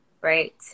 right